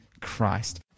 Christ